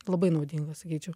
labai naudinga sakyčiau